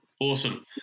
Awesome